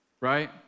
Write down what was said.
right